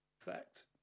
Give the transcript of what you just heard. effect